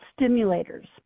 stimulators